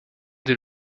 des